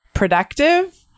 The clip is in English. productive